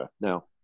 now